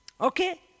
Okay